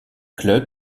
clubs